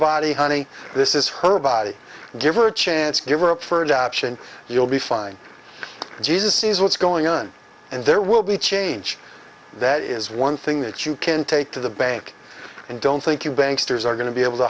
body honey this is her body give her a chance give up for adoption you'll be fine jesus sees what's going on and there will be change that is one thing that you can take to the bank and don't think you banks are going to be able to